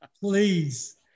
please